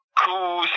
cool